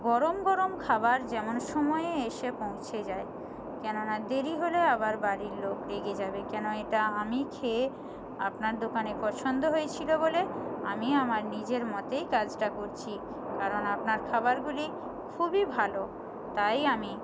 গরম গরম খাবার যেমন সময়ে এসে পৌঁছে যায় কেননা দেরি হলে আবার বাড়ির লোক রেগে যাবে কেন এটা আমি খেয়ে আপনার দোকানে পছন্দ হয়েছিলো বলে আমি আমার নিজের মতেই কাজটা করছি কারণ আপনার খাবারগুলি খুবই ভালো তাই আমি